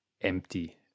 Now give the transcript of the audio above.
empty